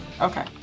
Okay